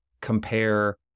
compare